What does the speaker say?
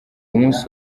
munsi